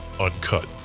uncut